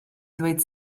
ddweud